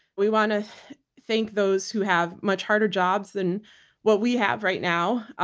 we want to thank those who have much harder jobs than what we have right now.